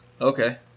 Okay